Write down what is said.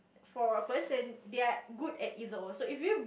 for a person they are good at its own so if you